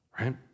right